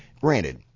Granted